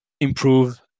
improve